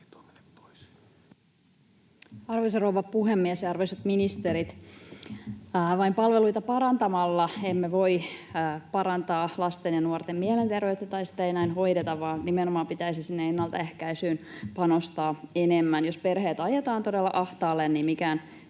Arvoisa rouva puhemies! Arvoisat ministerit! Vain palveluita parantamalla emme voi parantaa lasten ja nuorten mielenterveyttä, sitä ei näin hoideta, vaan nimenomaan pitäisi sinne ennaltaehkäisyyn panostaa enemmän. Jos perheet ajetaan todella ahtaalle, niin mikään